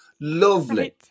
Lovely